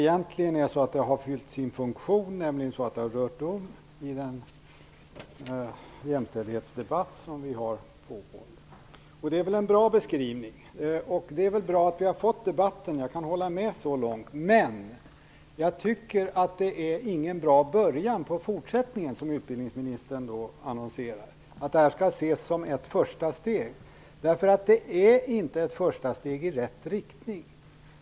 Egentligen har de redan fyllt sin funktion, nämligen så att det har rört om i den jämställdhetsdebatt som pågår. Det är väl en bra beskrivning, och det är väl bra att vi har fått debatten - jag kan hålla med så långt. Men jag tycker inte att det är någon bra början på den fortsättning som utbildningsministern annonserar; han sade att det här skall ses som ett första steg. Det är inte ett första steg i rätt riktning!